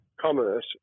commerce